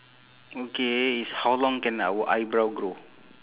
okay it's how long can our eyebrow grow